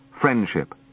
friendship